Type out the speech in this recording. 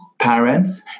parents